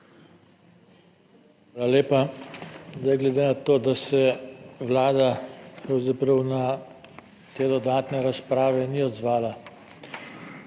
Hvala lepa. Zdaj, glede na to, da se Vlada pravzaprav na te dodatne razprave ni odzvala,